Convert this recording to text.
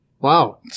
wow